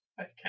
Okay